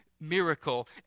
miracle